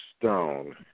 stone